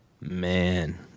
man